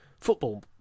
football